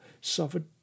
suffered